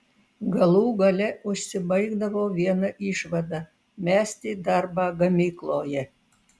galų gale užsibaigdavo viena išvada mesti darbą gamykloje